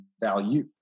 value